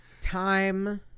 Time